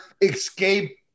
escape